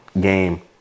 game